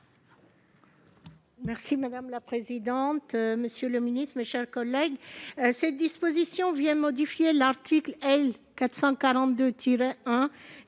Madame la présidente, monsieur le ministre, mes chers collègues, cette disposition vient modifier l'article L. 442-1